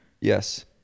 Yes